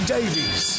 Davies